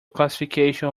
classification